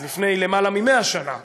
אז, לפני למעלה מ-100 שנה,